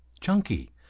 Chunky